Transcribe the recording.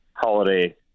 holiday